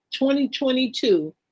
2022